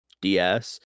DS